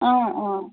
অঁ অঁ